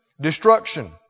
destruction